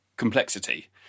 complexity